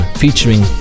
featuring